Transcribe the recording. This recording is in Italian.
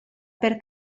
per